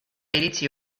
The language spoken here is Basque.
iritsi